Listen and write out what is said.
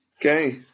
Okay